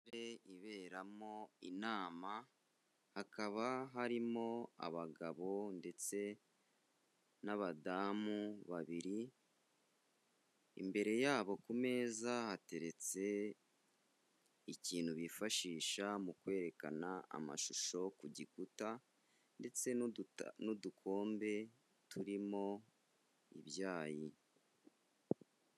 Sale iberamo inama hakaba harimo abagabo ndetse n'abadamu babiri, imbere yabo ku meza hateretse ikintu bifashisha mu kwerekana amashusho ku gikuta ndetse n'udukombe turimo ibyayi.